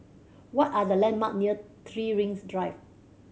what are the landmark near Three Rings Drive